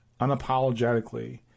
unapologetically